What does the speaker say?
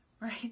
right